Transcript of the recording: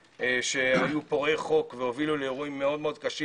שהיו פורעי חוק והובילו לאירועים מאוד מאוד קשים,